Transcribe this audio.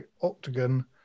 octagon